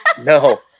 no